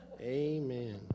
Amen